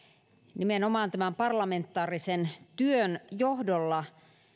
nimenomaan tämän parlamentaarisen työn johdolla